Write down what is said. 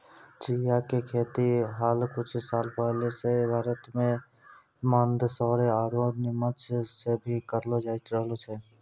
चिया के खेती हाल कुछ साल पहले सॅ भारत के मंदसौर आरो निमच मॅ भी करलो जाय रहलो छै